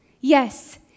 Yes